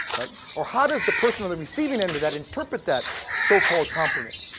right? or how does the person on the receiving end of that interpret that so-called compliment?